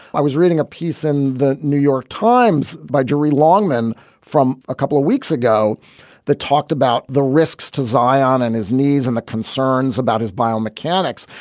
i was reading a piece in the new york times by jere longman from a couple of weeks ago that talked about the risks to zion and his knees and the concerns about his biomechanics.